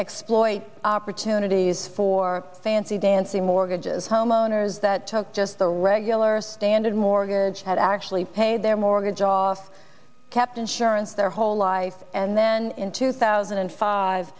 exploit opportunities for fancy dancy mortgages homeowners that took just a regular standard mortgage had actually pay their mortgage off kept insurance their whole life and then in two thousand and five